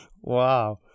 Wow